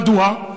מדוע?